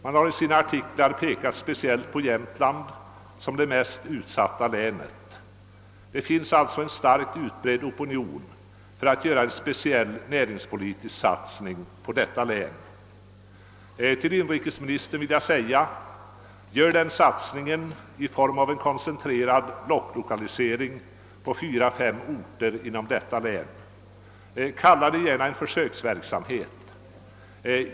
De har i sina artiklar pekat speciellt på Jämtland som det mest utsatta länet. Det finns alltså en starkt utbredd opinion för att göra en speciell näringspolitisk satsning på detta län. Till inrikesministern vill jag säga: Gör den satsningen i form av en koncentrerad blocklokalisering på fyra— fem orter inom detta län! Kalla det gärna försöksverksamhet.